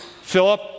Philip